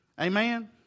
Amen